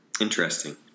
Interesting